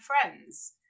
friends